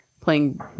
Playing